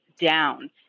down